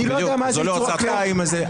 אני לא יודע מה ייצור הכלאיים הזה,